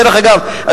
דרך אגב,